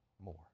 more